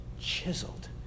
chiseled